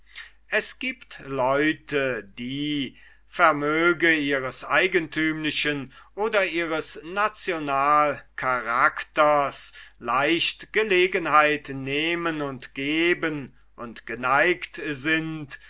es giebt leute die vermöge ihres eigenthümlichen oder ihres national karakters leicht gelegenheit nehmen und geben und geneigt sind